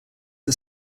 are